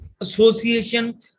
association